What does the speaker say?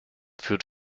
führt